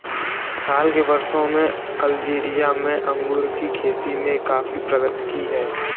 हाल के वर्षों में अल्जीरिया में अंगूर की खेती ने काफी प्रगति की है